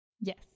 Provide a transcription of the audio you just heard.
Yes